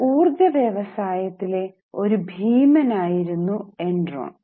ഊർജ്ജ വ്യവസായത്തിലെ ഒരു ഭീമൻ ആയിരുന്നു എൻറോൺ